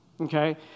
Okay